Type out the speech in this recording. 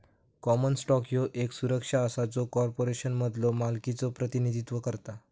common stock ह्यो येक सुरक्षा असा जो कॉर्पोरेशनमधलो मालकीचो प्रतिनिधित्व करता